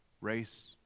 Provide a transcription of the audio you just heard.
race